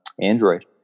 Android